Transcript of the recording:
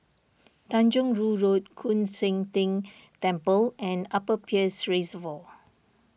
Tanjong Rhu Road Koon Seng Ting Temple and Upper Peirce Reservoir